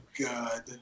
God